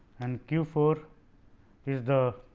and q four is the